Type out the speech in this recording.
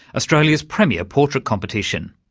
australia's premier portrait competition.